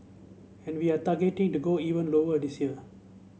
and we are targeting to go even lower this year